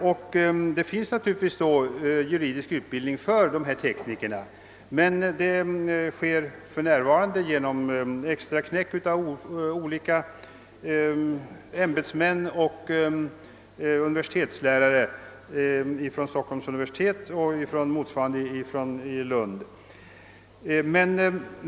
Det förekommer naturligtvis redan nu juridisk utbildning för sådana tekniker, men den bedrivs för närvarande som »extraknäck« av olika ämbetsmän och av universitetslärare från Stockholms universitet och Lunds universitet.